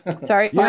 Sorry